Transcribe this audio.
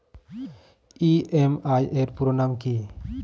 EMI এর পুরোনাম কী?